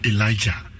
Elijah